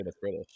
British